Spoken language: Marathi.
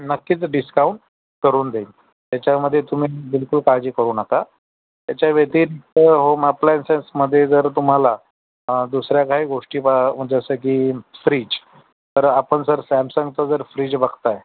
नक्कीच डिस्काऊंट करून देईन त्याच्यामध्ये तुम्ही बिलकुल काळजी करू नका त्याच्या व्यतिरिक्त होम अप्लायन्सेसमध्ये जर तुम्हाला दुसऱ्या काही गोष्टी पा जसं की फ्रिज तर आपण सर सॅमसंगचं जर फ्रिज बघताय